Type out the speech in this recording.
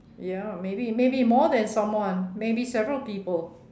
ya maybe maybe more than someone maybe several people